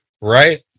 right